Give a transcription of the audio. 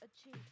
achieve